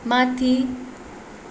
माथि